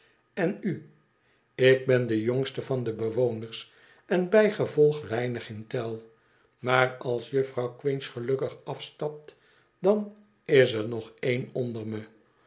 en ü ik ben de jongste van de bewoners en bijgevolg weinig in tel maar als juffrouw quinch gelukkig afstapt dan is er nog een onder me